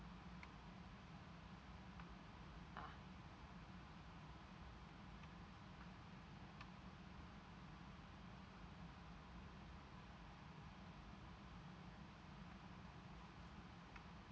ah